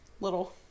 Little